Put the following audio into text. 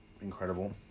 incredible